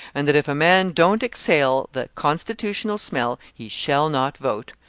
and that if a man don't exhale the constitutional smell, he shall not vote!